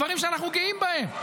דברים שאנחנו גאים בהם.